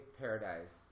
Paradise